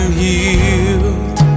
healed